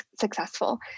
successful